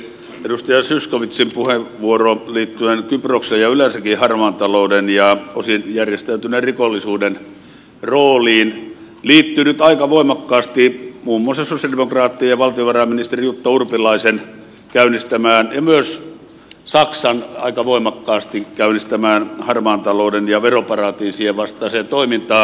edustaja zyskowiczin puheenvuoro liittyen kyproksen ja yleensäkin harmaan talouden ja osin järjestäytyneen rikollisuuden rooliin liittyy nyt aika voimakkaasti muun muassa sosialidemokraattien ja valtiovarainministeri jutta urpilaisen käynnistämään ja myös saksan aika voimakkaasti käynnistämään harmaan talouden ja veroparatiisien vastaiseen toimintaan